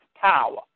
power